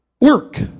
work